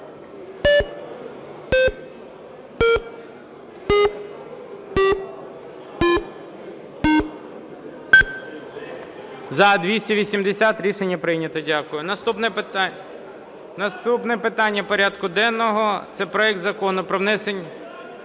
За-280 Рішення прийнято. Дякую. Наступне питання порядку денного – це проект Закону про внесення...